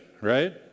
Right